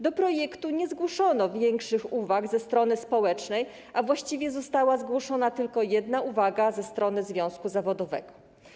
Do projektu nie zgłoszono większych uwag ze strony społecznej, a właściwie została zgłoszona tylko jedna uwaga ze strony związku zawodowego.